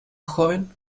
joven